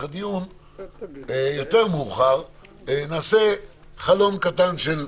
הדיון יותר מאוחד נעשה חלון קטן של --- אדוני,